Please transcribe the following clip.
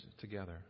together